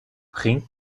bringt